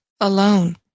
alone